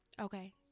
okay